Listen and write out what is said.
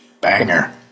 banger